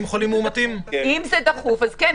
אם זה דחוף, אז כן.